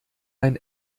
ein